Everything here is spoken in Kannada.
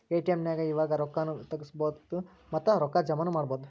ಎ.ಟಿ.ಎಂ ನ್ಯಾಗ್ ಇವಾಗ ರೊಕ್ಕಾ ನು ತಗ್ಸ್ಕೊಬೊದು ಮತ್ತ ರೊಕ್ಕಾ ಜಮಾನು ಮಾಡ್ಬೊದು